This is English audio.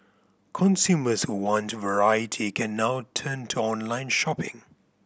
consumers who want variety can now turn to online shopping